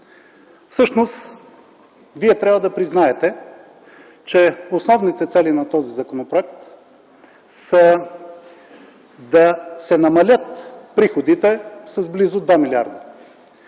Всъщност вие трябва да признаете, първо, че основните цели на този законопроект са да се намалят приходите с близо 2 млрд.